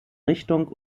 richtung